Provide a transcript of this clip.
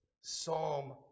psalm